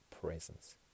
presence